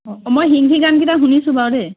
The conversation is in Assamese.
অঁ মই হিন্দী গানকেইটা শুনিছোঁ বাৰু দেই